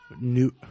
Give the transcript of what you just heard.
New